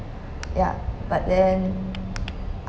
ya but then